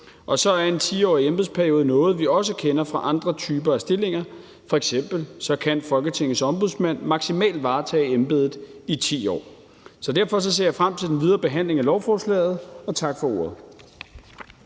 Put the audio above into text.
og så er en 10-årig embedsperiode også noget, vi kender fra andre typer af stillinger. F.eks. kan Folketingets Ombudsmand maksimalt varetage embedet i 10 år. Så derfor ser jeg frem til den videre behandling af lovforslaget. Tak for ordet.